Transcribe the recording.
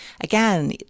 again